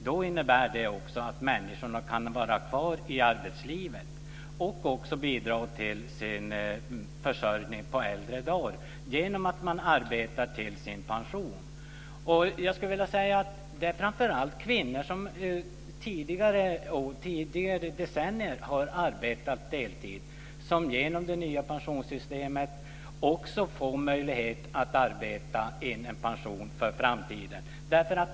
Då innebär det också att människorna kan vara kvar i arbetslivet och bidra till sin försörjning på äldre dagar, genom att arbeta till sin pension. Jag skulle vilja säga att det är framför allt kvinnor som tidigare decennier har arbetat deltid som genom det nya pensionssystemet också får möjlighet att arbeta in en pension för framtiden.